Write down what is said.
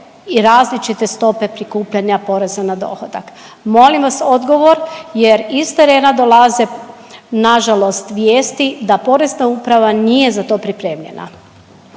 i različite stope prikupljanja poreza na dohodak. Molim vas odgovor, jer iz terena dolaze na žalost vijesti da Porezna uprava nije za to pripremljena.